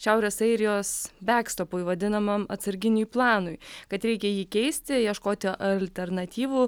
šiaurės airijos bekstopui vadinamam atsarginiui planui kad reikia jį keisti ieškoti alternatyvų